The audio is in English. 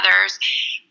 others